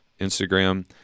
Instagram